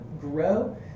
grow